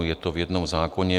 Je to v jednom zákoně.